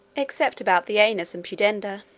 except about the anus and pudenda.